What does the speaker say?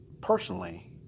personally